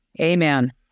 Amen